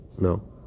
No